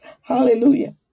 Hallelujah